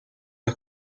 los